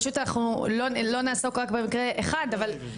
כן,